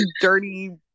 dirty